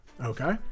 Okay